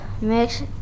Mix